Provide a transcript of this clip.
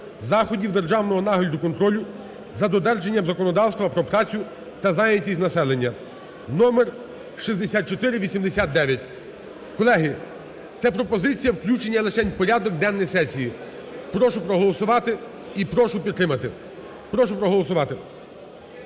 заходів державного нагляду (контролю) за додержанням законодавства про працю та зайнятість населення (номер 6489). Колеги, це пропозиція включення лишень в порядок денний сесії. Прошу проголосувати і прошу підтримати. Прошу проголосувати